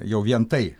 jau vien tai